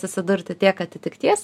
susidurti tiek atitikties